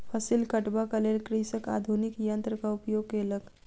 फसिल कटबाक लेल कृषक आधुनिक यन्त्रक उपयोग केलक